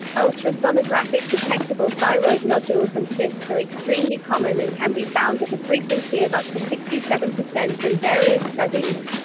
ultrasonographic detectable thyroid nodules and cysts are extremely common and can be found at a frequency of up to sixty seven percent in various studies.